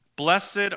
Blessed